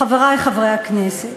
חברי חברי הכנסת,